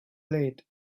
late